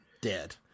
dead